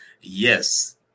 Yes